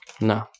No